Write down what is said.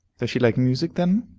does she like music, then?